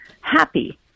happy